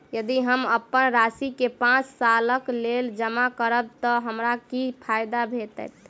यदि हम अप्पन राशि केँ पांच सालक लेल जमा करब तऽ हमरा की फायदा भेटत?